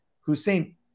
Hussein